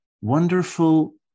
wonderful